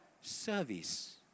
service